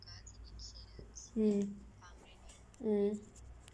I is